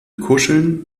kuscheln